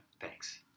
Thanks